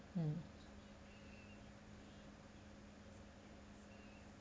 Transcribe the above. mm